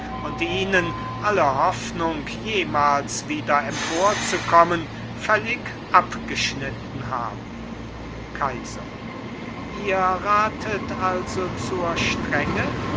und ihnen alle hoffnung jemals wieder emporzukommen völlig abgeschnitten haben kaiser ihr ratet also zur strenge